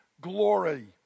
glory